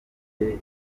imidali